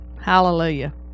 Hallelujah